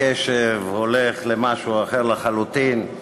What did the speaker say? טרומיות בשעה שהקשב פה הולך למשהו אחר לחלוטין,